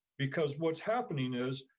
because what's happening is,